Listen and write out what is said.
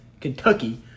Kentucky